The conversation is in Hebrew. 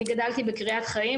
אני גדלתי בקריית חיים,